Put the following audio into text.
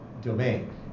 domain